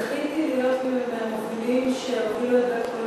זכיתי להיות מן המובילים שהובילו את בית-החולים